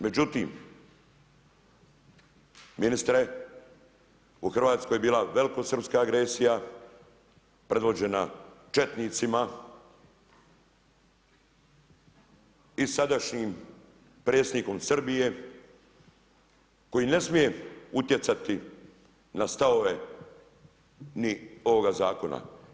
Međutim, ministre u Hrvatskoj je bila velikosrpska agresija predvođena četnicima i sadašnjim predsjednikom Srbije koji ne smije utjecati na stavove ni ovoga zakona.